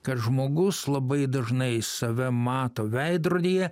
kad žmogus labai dažnai save mato veidrodyje